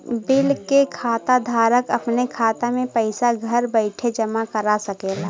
bill के खाता धारक अपने खाता मे पइसा घर बइठे जमा करा सकेला